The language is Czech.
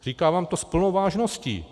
Říkám vám to s plnou vážností.